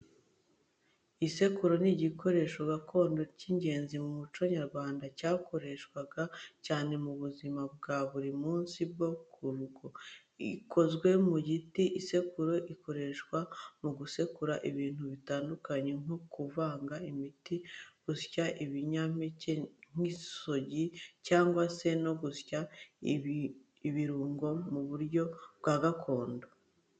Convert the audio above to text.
Isekuru ni igikoresho gakondo cy'ingenzi mu muco nyarwanda, cyakoreshwaga cyane mu buzima bwa buri munsi bwo mu rugo. Ikozwe mu giti, isekuru ikoreshwa mu gusekura ibintu bitandukanye nko kuvanga imiti, gusya ibinyampeke nk’isogi, cyangwa se no gusya ibirungo mu buryo bwa gakondo.